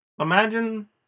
imagine